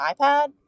iPad